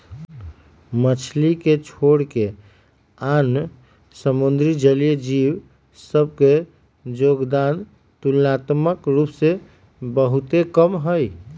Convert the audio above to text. मछरी के छोरके आन समुद्री जलीय जीव सभ के जोगदान तुलनात्मक रूप से बहुते कम हइ